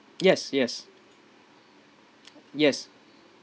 yes yes yes